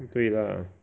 对 lah